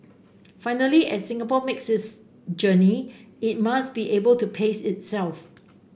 finally as Singapore makes this journey it must be able to pace itself